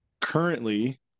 Currently